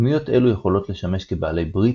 דמויות אלו יכולות לשמש כבעלי-ברית,